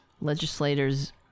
legislators